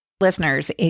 Listeners